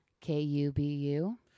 K-U-B-U